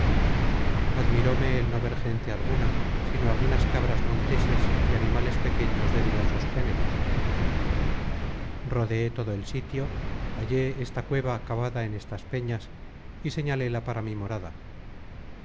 teatro donde no ver gente alguna sino algunas cabras monteses y animales pequeños de diversos géneros rodeé todo el sitio hallé esta cueva cavada en estas peñas y señalela para mi morada